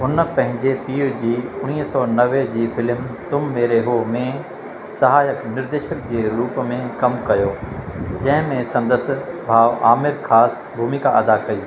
हुन पंहिंजे पीअ जी उणिवीह सौ नवे जी फिलम तुम मेरे हो में सहायकु निर्देशक जे रूप में कमु कयो जंहिंमें संदसि भाउ आमिर ख़ासि भूमिका अदा कई